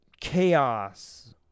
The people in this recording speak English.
chaos